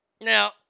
Now